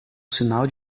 sinal